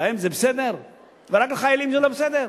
להם זה בסדר ורק לחיילים זה לא בסדר?